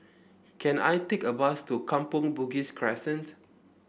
can I take a bus to Kampong Bugis Crescent